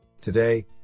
today